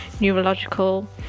neurological